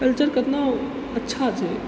culture कितना अच्छा छै